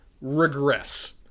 regress